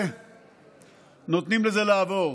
ונותנים לה לעבור.